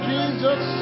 Jesus